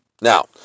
Now